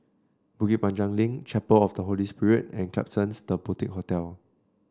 Bukit Panjang Link Chapel of the Holy Spirit and Klapsons The Boutique Hotel